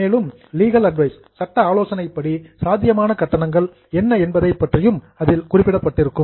மேலும் legal advice சட்ட ஆலோசனைப்படி சாத்தியமான கட்டணங்கள் என்ன என்பதைப் பற்றியும் அதில் குறிப்பிடப்பட்டிருக்கும்